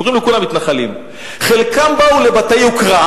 הם קוראים לכולם מתנחלים חלקם באו לבתי יוקרה,